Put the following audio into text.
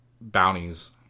bounties